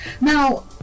Now